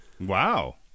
Wow